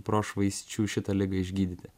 prošvaisčių šitai ligai išgydyti